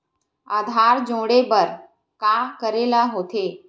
आधार जोड़े बर का करे ला होथे?